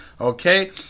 Okay